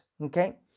Okay